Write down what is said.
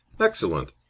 excellent.